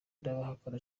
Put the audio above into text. n’abahakana